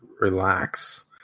Relax